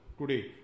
Today